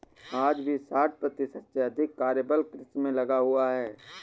आज भी साठ प्रतिशत से अधिक कार्यबल कृषि में लगा हुआ है